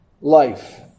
life